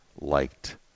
liked